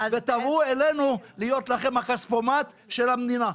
ותבואו אלינו להיות לכם הכספומט של המדינה.